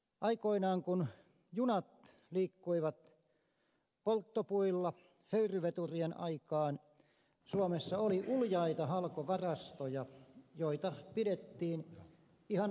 aikoinaan kun junat liikkuivat polttopuilla höyryveturien aikaan suomessa oli uljaita halkovarastoja joita pidettiin ihan varmuusvarastoina